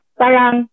parang